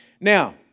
Now